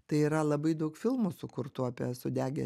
tai yra labai daug filmų sukurtų apie sudegė